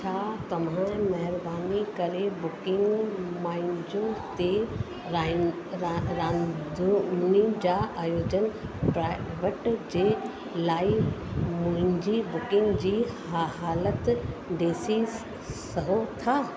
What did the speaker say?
छा तव्हां महिरबानी करे बुकिंग माएनजूर ते राइन रा रांधुनी जा आयोजन ब्राएबट जे लाइ मुंहिंजी बुकिंग जी हालति डिसी सघो था